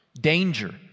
danger